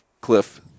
cliff